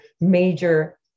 major